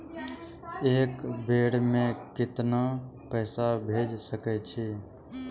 एक बेर में केतना पैसा भेज सके छी?